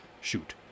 shoot